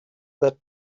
that